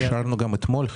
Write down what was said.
אישרנו גם אתמול חלק.